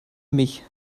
mich